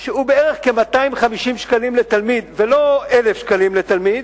של כ-250 שקלים לתלמיד, ולא 1,000 שקלים לתלמיד,